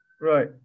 Right